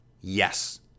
Yes